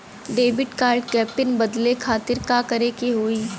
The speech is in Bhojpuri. डेबिट कार्ड क पिन बदले खातिर का करेके होई?